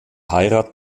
heirat